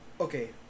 Okay